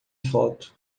foto